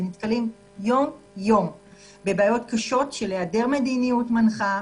ונתקלים יום-יום בבעיות קשות של היעדר מדיניות מנחה,